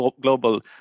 global